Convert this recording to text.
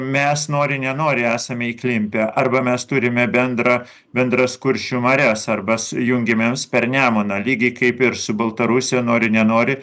mes nori nenori esame įklimpę arba mes turime bendrą bendras kuršių marias arba jungiamės per nemuną lygiai kaip ir su baltarusija nori nenori